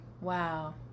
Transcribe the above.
Wow